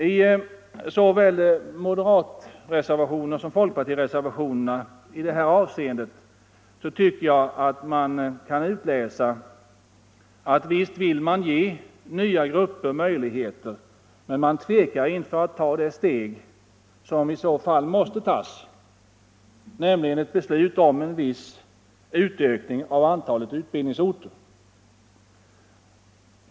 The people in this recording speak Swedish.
I såväl moderatreservationen som folkpartireservationen i detta avseende kan utläsas att man visserligen vill ge nya grupper möjligheter, men man tvekar inför att ta det steg som i så fall måste tas, nämligen ett beslut om en viss ökning av antalet utbildningsorter.